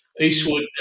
Eastwood